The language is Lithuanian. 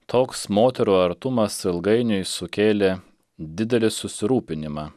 toks moterų artumas ilgainiui sukėlė didelį susirūpinimą